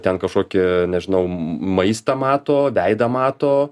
ten kažkokį nežinau maistą mato veidą mato